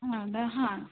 ಹೌದಾ ಹಾಂ